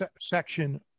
section